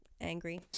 angry